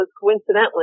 coincidentally